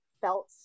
felt